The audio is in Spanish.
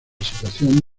situación